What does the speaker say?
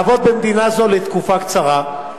לעבוד במדינה זו תקופה קצרה.